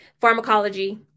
Pharmacology